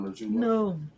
No